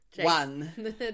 One